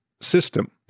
system